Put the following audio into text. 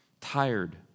tired